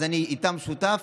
אז אני איתם שותף,